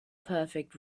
perfect